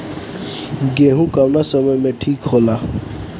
गेहू कौना समय मे ठिक होला?